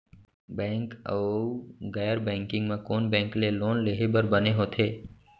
Bank अऊ गैर banking म कोन बैंक ले लोन लेहे बर बने होथे?